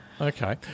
Okay